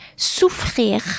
souffrir